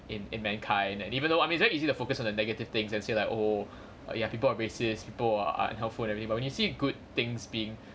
in in mankind and even though I mean it's very easy to focus on the negative things and say like oh ya people are racists people are helpful and everything but when you say good things being